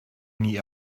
nie